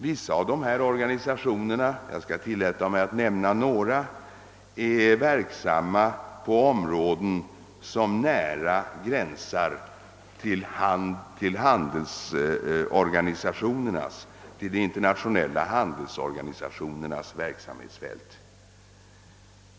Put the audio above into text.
Vissa av dessa organisationer — jag skall tillåta mig att nämna några är verksamma på områden som nära gränsar till de internationella handelsorganisationernas verksamhetsfält.